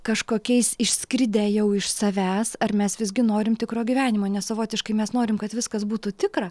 kažkokiais išskridę jau iš savęs ar mes visgi norim tikro gyvenimo nes savotiškai mes norim kad viskas būtų tikra